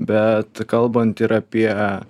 bet kalbant ir apie